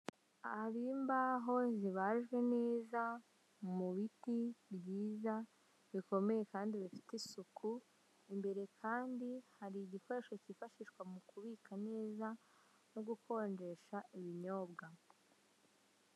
Aha hari imbaho zibajwe neza mubiti byiza bikomeye kandi bifite isuku imbere kandi hari igikoresho cyifashishwa mukubika neza no gukonjesha ibinyobwa.